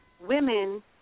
Women